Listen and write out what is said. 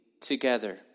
together